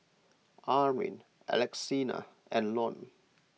Armin Alexina and Lon